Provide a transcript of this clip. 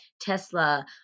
tesla